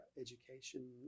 education